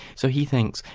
so he thinks,